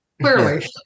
clearly